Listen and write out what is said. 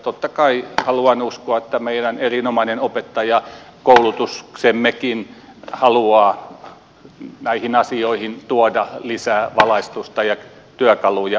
totta kai haluan uskoa että meidän erinomainen opettajakoulutuksemmekin haluaa näihin asioihin tuoda lisää valaistusta ja työkaluja opettajille